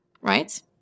right